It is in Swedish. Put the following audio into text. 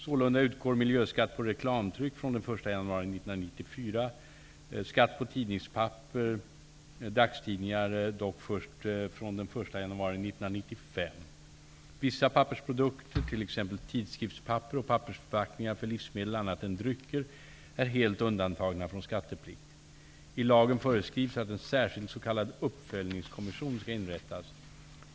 Sålunda utgår miljöskatt på reklamtryck från den 1 januari 1994, men skatt på tidningspapper utgår först den 1 tidskriftspapper och pappersförpackningar för livsmedel annat än drycker, är helt undantagna från skatteplikt. I lagen föreskrivs att en särskild s.k. uppföljningskommission skall inrättas.